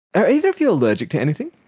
are either of you allergic to anything?